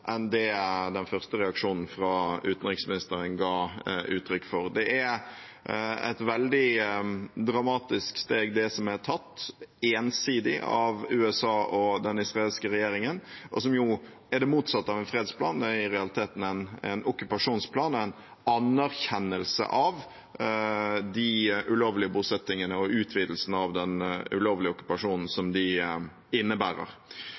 enn det den første reaksjonen fra utenriksministeren ga uttrykk for. Det er et veldig dramatisk steg som er tatt ensidig av USA og den israelske regjeringen, og som er det motsatte av en fredsplan – det er i realiteten en okkupasjonsplan og en anerkjennelse av de ulovlige bosettingene og utvidelsen av den ulovlige okkupasjonen som de innebærer.